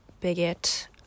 bigot